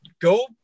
go